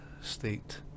state